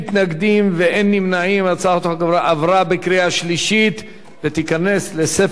הצעת החוק עברה בקריאה שלישית ותיכנס לספר החוקים של מדינת ישראל.